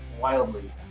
wildly